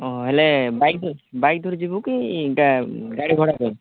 ହଁ ହେଲେ ବାଇକ୍ ଧରି ବାଇକ୍ ଧରି ଯିବୁ କି ଗାଡ଼ି ଭଡ଼ା କରିବୁ